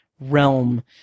realm